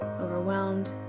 overwhelmed